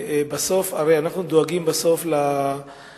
הרי אנחנו דואגים בסוף לתועלת